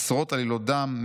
עשרות עלילות דם,